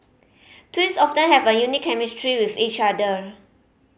twins often have a unique chemistry with each other